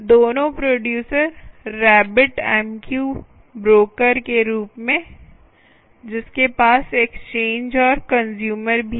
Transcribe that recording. दोनों producer rabbit M Q broker के रूप में जिसके पास एक्सचेंज और कंस्यूमर भी हैं